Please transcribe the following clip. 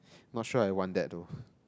not sure I want that too